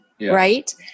right